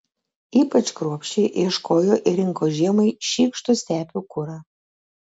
ypač kruopščiai ieškojo ir rinko žiemai šykštų stepių kurą